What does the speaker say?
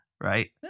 right